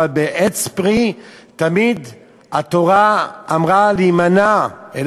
אבל בעץ פרי התורה אמרה להימנע תמיד,